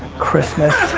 christmas.